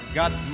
got